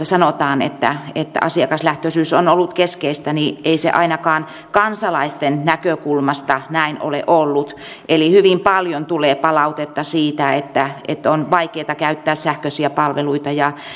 sanotaan että että asiakaslähtöisyys on ollut keskeistä niin ei se ainakaan kansalaisten näkökulmasta näin ole ollut eli hyvin paljon tulee palautetta siitä että että on vaikeata käyttää sähköisiä palveluita ja